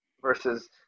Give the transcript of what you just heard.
versus